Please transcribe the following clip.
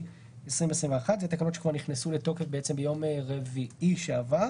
2021)." אלה תקנות שכבר נכנסו לתוקף ביום רביעי שעבר.